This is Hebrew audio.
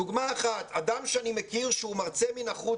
דוגמה אחת אדם שאני מכיר שהוא מרצה מן החוץ,